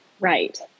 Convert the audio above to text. Right